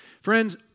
Friends